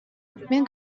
мин